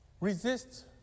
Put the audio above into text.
resist